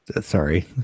Sorry